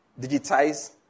digitize